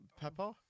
pepper